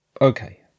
Okay